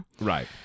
Right